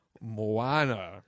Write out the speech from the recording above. Moana